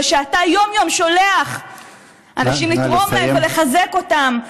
ושאתה יום-יום שולח אנשים לתרום להם ולחזק אותם,